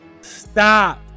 stop